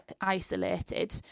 isolated